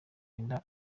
inda